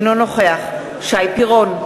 אינו נוכח שי פירון,